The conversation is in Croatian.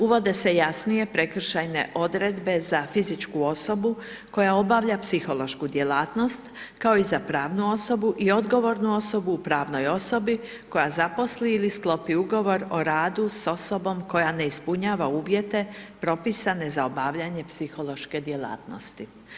Uvode se jasnije prekršajne Odredbe za fizičku osobu koja obavlja psihološku djelatnost, kao i za pravnu osobu i odgovornu osobu u pravnoj osobi koja zaposli ili sklopi Ugovor o radu s osobom koja ne ispunjava uvjete propisane za obavljanje psihološke djelatnosti.